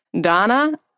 Donna